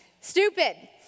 Stupid